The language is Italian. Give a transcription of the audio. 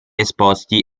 esposti